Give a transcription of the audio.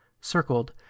circled